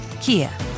Kia